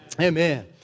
Amen